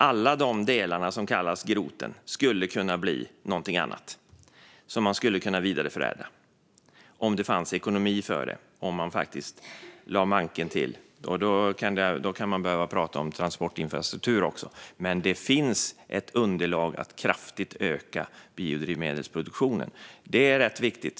Alla de delar som kallas groten skulle kunna bli någonting annat som man skulle kunna vidareförädla om det fanns ekonomi för det och om man faktiskt lade manken till. Då kan man behöva prata om transportinfrastruktur också, men det finns underlag för att kraftigt öka biodrivmedelsproduktionen. Det är rätt viktigt.